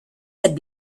had